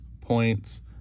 points